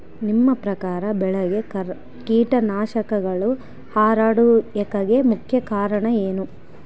ನಿಮ್ಮ ಪ್ರಕಾರ ಬೆಳೆಗೆ ಕೇಟನಾಶಕಗಳು ಹರಡುವಿಕೆಗೆ ಮುಖ್ಯ ಕಾರಣ ಏನು?